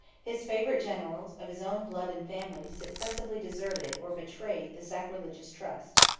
his favorite generals, of his own blood, and family, successively deserted, or betrayed, the sacrilegious trust.